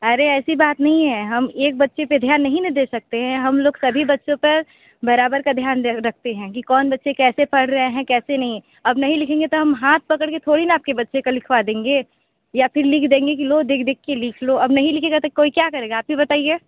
अरे ऐसी बात नहीं है हम एक बच्चे पर ध्यान नहीं ना दे सकते हैं हम लोग सभी बच्चों पर बराबर का ध्यान रखते है कि कौन बच्चे कैसे पढ़ रहे हैं कैसे नहीं अब नहीं लिखेंगे तो हम हाथ पकड़ कर थोड़ी ना आपके बच्चे का लिखवा देंगे या फिर लिख देंगे कि लो देख देख कर लिख लो अब नहीं लिखेगा तो कोई क्या करेगा आप ही बताइए